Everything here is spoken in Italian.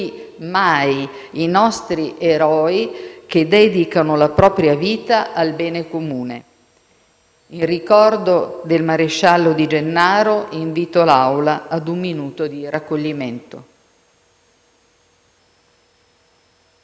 mai i nostri eroi, che dedicano la propria vita al bene comune. In ricordo del maresciallo Di Gennaro, invito l'Assemblea ad osservare un minuto di raccoglimento.